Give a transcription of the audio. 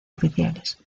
oficiales